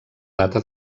data